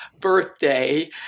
birthday